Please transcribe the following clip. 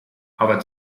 aber